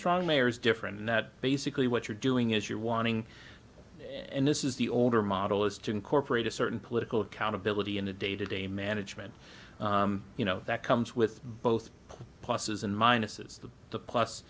strong mayor is different and that basically what you're doing is you're wanting and this is the older model is to incorporate a certain political accountability in a day to day management you know that comes with both pluses and minuses plus